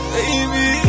Baby